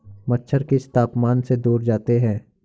मच्छर किस तापमान से दूर जाते हैं?